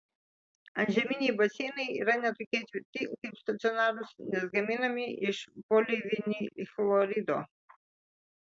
antžeminiai baseinai yra ne tokie tvirti kaip stacionarūs nes gaminami iš polivinilchlorido